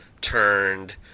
turned